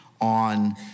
on